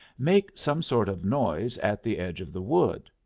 make some sort of noise at the edge of the wood.